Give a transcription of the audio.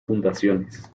fundaciones